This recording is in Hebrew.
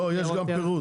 לא, יש גם פירוט.